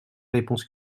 réponse